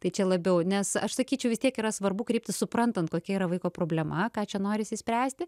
tai čia labiau nes aš sakyčiau vis tiek yra svarbu kreiptis suprantant kokia yra vaiko problema ką čia norisi išspręsti